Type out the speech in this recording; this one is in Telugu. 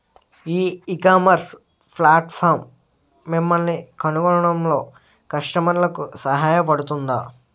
ఈ ఇకామర్స్ ప్లాట్ఫారమ్ మిమ్మల్ని కనుగొనడంలో కస్టమర్లకు సహాయపడుతుందా?